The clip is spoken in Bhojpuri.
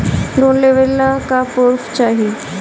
लोन लेवे ला का पुर्फ चाही?